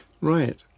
Right